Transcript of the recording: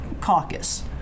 Caucus